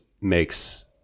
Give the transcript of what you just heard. makes